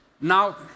Now